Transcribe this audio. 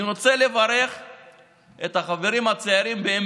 אני רוצה לברך את החברים הצעירים באום